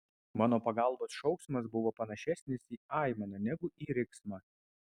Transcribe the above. mano pagalbos šauksmas buvo panašesnis į aimaną negu į riksmą